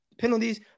penalties